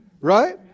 right